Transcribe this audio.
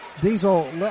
Diesel